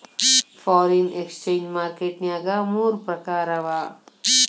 foreign exchange market ನ್ಯಾಗ ಮೂರ್ ಪ್ರಕಾರವ